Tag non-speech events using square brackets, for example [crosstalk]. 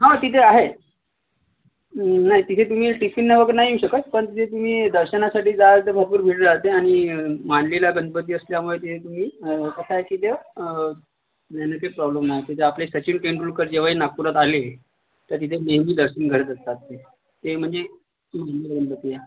हो तिथे आहे नाही तिथे तुम्ही टिफिन नाही वगैरे नाही नेऊ शकत पण ते तुम्ही दर्शनासाठी जाल तर भरपूर वेळ जाते आणि मानलेला गणपती असल्यामुळे ते तुम्ही [unintelligible] नेण्याचे प्रॉब्लम नाही तिथं आपले सचिन तेंडुलकर जेव्हाही नागपुरात आले तर तिथे नेहमी दर्शन करत असतात ते ते म्हणजे [unintelligible]